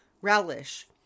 relish